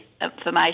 information